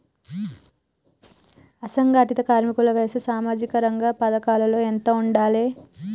అసంఘటిత కార్మికుల వయసు సామాజిక రంగ పథకాలకు ఎంత ఉండాలే?